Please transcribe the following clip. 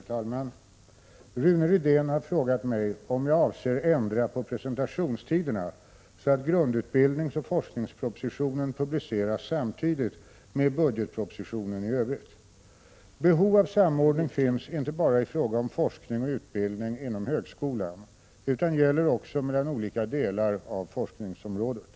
Herr talman! Rune Rydén har frågat mig om jag avser ändra på presentationstiderna, så att grundutbildningsoch forskningspropositionen publiceras samtidigt med budgetpropositionen i övrigt. Behov av samordning finns inte bara i fråga om forskning och utbildning inom högskolan utan gäller också mellan olika delar av forskningsområdet.